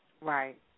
Right